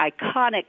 iconic